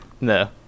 No